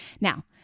Now